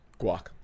Guac